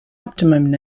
abdomen